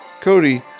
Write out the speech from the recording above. Cody